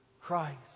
Christ